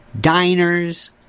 Diners